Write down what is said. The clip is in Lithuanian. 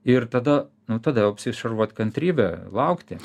ir tada nu tada jau apsišarvuot kantrybe laukti